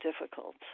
difficult